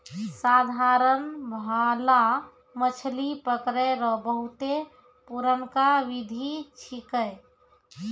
साधारण भाला मछली पकड़ै रो बहुते पुरनका बिधि छिकै